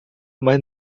mas